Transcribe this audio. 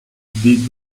did